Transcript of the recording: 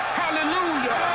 hallelujah